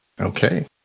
Okay